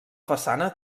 façana